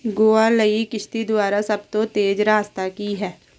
ਗੋਆ ਲਈ ਕਿਸ਼ਤੀ ਦੁਆਰਾ ਸਭ ਤੋਂ ਤੇਜ਼ ਰਸਤਾ ਕੀ ਹੈ